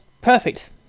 perfect